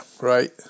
Right